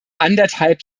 anderthalb